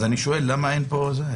לכן אני שואל למה אין קנס?